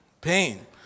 Pain